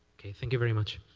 thank you very much.